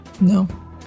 No